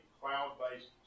cloud-based